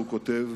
הוא כותב,